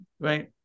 Right